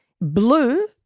Blue